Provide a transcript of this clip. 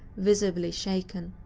visibly shaken.